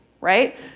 right